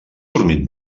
dormit